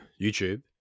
YouTube